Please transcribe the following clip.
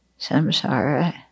samsara